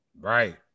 Right